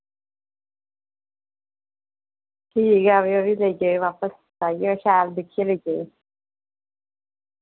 ठीक ऐ आवेओ फ्ही लेई जाएओ बापस आइयै शैल दिक्खियै लेई जाएओ